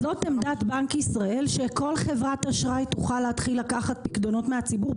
זאת עמדת בנק ישראל שכל חברת אשראי תוכל להתחיל לקחת פיקדונות מהציבור?